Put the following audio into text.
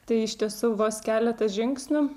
tai iš tiesų vos keletas žingsnių